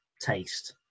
taste